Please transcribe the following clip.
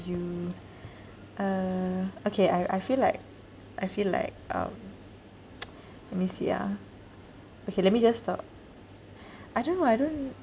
you uh okay I I feel like I feel like um let me see ah okay let me just talk I don't know I don't